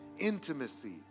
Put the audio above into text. Intimacy